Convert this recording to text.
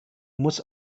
muss